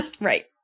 right